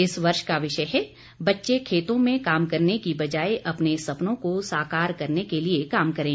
इस वर्ष का विषय है बच्चे खेतों में काम करने की बजाय अपने सपनों को साकार करने के लिए काम करें